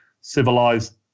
civilized